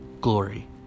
glory